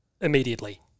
immediately